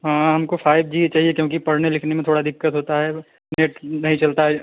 हाँ हमको five G ही चाहिए क्योंकि पढ़ने लिखने में थोड़ा दिक्कत होता है अब नेट नहीं चलता है